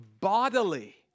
bodily